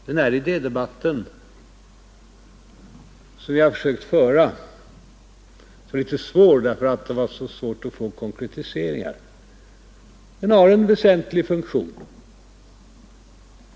Den här idédebatten som vi försökt föra har varit svår, eftersom det varit så svårt att få konkretiseringar, men den har en väsentlig funktion.